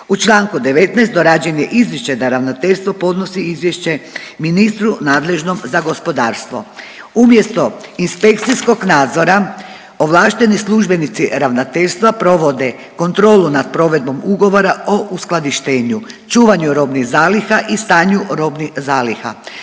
U Članku 19. dorađen je izričaj da ravnateljstvo podnosi izvješće ministru nadležnom za gospodarstvo. Umjesto inspekcijskog nadzora ovlašteni službenici ravnateljstva provode kontrolu nad provedbom ugovora o uskladištenju, čuvanju robnih zaliha i stanju robnih zaliha